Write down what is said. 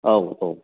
औ औ